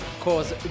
cause